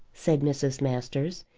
said mrs. masters,